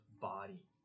body